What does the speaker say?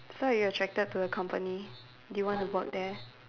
so you're attracted to a company do you want to work there